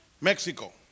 Mexico